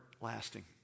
lasting